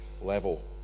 level